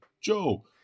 Joe